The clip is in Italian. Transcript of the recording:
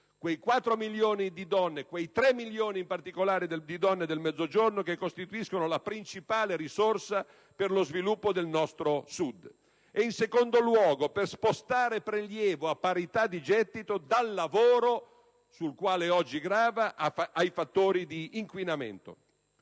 quei 4 milioni di donne e, in particolare, quei 3 milioni del Mezzogiorno che costituiscono la principale risorsa per lo sviluppo del nostro Sud. E, in secondo luogo, per spostare prelievo - a parità di gettito - dal lavoro, sul quale oggi grava, ai fattori di inquinamento.